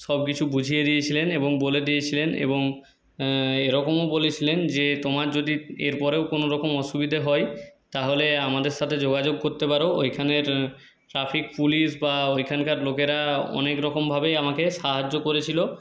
সব কিছু বুঝিয়ে দিয়েছিলেন এবং বলে দিয়েছিলেন এবং এরকমও বলেছিলেন যে তোমার যদি এরপরেও কোনও রকম অসুবিধে হয় তাহলে আমাদের সাথে যোগাযোগ করতে পারো ওইখানের ট্রাফিক পুলিশ বা ওইখানকার লোকেরা অনেক রকমভাবেই আমাকে সাহায্য করেছিল